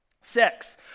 sex